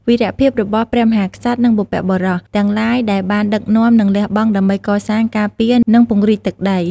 វីរភាពរបស់ព្រះមហាក្សត្រ និងបុព្វបុរស ទាំងឡាយដែលបានដឹកនាំ និងលះបង់ដើម្បីកសាង ការពារ និងពង្រីកទឹកដី។